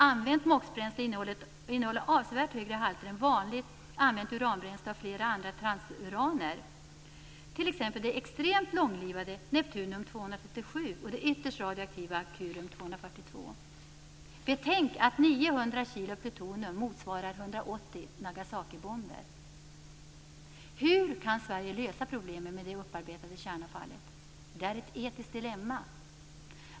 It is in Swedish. Använt MOX-bränsle innehåller avsevärt högre halter av flera andra transuraner än vanligt använt uranbränsle, t.ex. det extremt långlivade neptunium 237 och det ytterst radioaktiva curium 242. Betänk att 900 kg plutonium motsvarar 180 Nagasakibomber! Hur kan Sverige lösa problemet med det upparbetade kärnavfallet? Det är ett etiskt dilemma.